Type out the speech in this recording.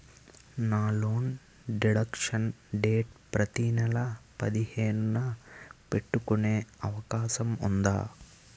నా loan deduction date ప్రతి నెల పదిహేను న పెట్టుకునే అవకాశం ఉందా?